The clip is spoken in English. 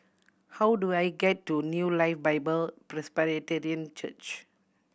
how do I get to New Life Bible Presbyterian Church